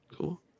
Cool